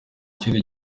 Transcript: kindi